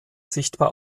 sichtbar